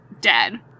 dead